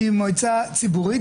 שהיא מועצה ציבורית,